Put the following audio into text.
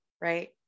right